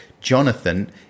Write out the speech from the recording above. Jonathan